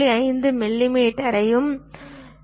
5 மில்லிமீட்டரையும் 0